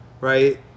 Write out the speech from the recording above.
right